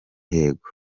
yego